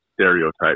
stereotypes